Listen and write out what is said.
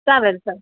चालेल तर